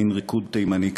מין ריקוד תימני כזה.